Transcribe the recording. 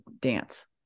dance